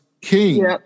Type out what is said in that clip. king